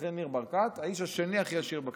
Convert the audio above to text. אחרי ניר ברקת, האיש השני הכי עשיר בכנסת.